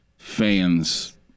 fans